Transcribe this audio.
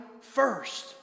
first